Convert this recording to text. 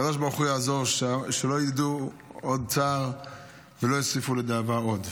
שהקדוש ברוך הוא יעזור שלא ידעו עוד צער ולא יוסיפו לדאבה עוד.